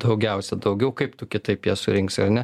daugiausia daugiau kaip tu kitaip jas surinksi ar ne